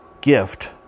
gift